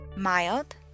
Mild